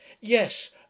Yes